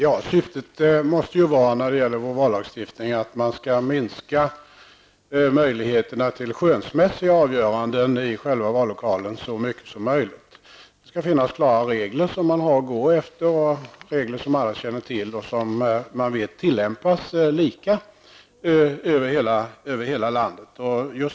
Fru talman! Vallagstiftningens syfte måste ju vara att så mycket som möjligt minska möjligheterna till skönsmässiga avgöranden i själva vallokalen. Det skall finnas klara regler att gå efter, regler som alla känner till och som man vet tillämpas lika över hela landet.